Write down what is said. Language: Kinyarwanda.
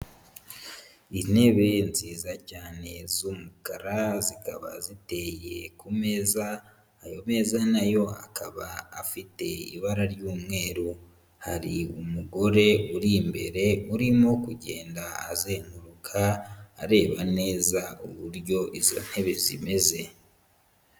Intebe nziza cyane z'umukara, zikaba ziteye ku meza, ayo meza na yo akaba afite ibara ry'umweru, hari umugore uri imbere urimo kugenda azenguruka, areba neza uburyo izo ntebe zimeze.